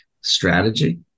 strategy